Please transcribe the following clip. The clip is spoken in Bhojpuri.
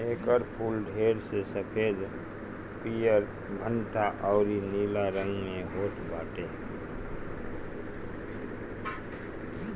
एकर फूल ढेर सफ़ेद, पियर, भंटा अउरी नीला रंग में होत बाटे